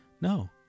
No